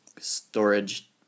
storage